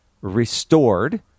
restored